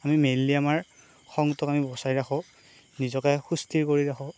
আমি মেইনলি আমাৰ খংটোক আমি বচাই ৰাখোঁ নিজকে সুস্থিৰ কৰি ৰাখোঁ